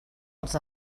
als